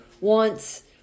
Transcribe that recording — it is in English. wants